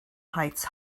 heights